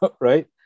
right